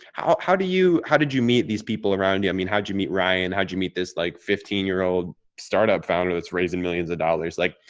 how how do you how did you meet these people around you? i mean, how'd you meet ryan? how'd you meet this, like, fifteen year old startup founder that's raising millions of dollars? like,